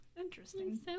Interesting